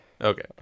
Okay